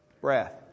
breath